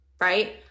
right